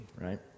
right